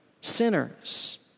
sinners